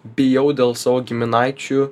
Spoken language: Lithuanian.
bijau dėl savo giminaičių